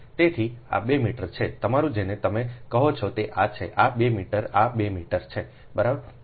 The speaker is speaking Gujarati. તેથી આ 2 મીટર છે તમારું જેને તમે કહો છો તે આ છે આ 2 આ 2 મીટર છે બરાબર